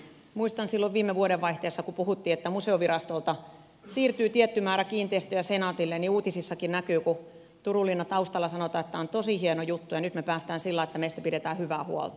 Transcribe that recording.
muistan silloin viime vuodenvaihteessa kun puhuttiin että museovirastolta siirtyy tietty määrä kiinteistöjä senaatille niin uutisissakin näkyi kun turun linna taustalla sanottiin että tämä on tosi hieno juttu ja nyt me pääsemme siihen että meistä pidetään hyvää huolta